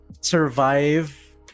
survive